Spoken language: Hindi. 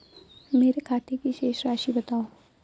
मेरे खाते की शेष राशि बताओ?